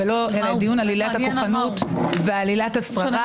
ולא דיון על עילת הכוחנות ועל עילת השררה.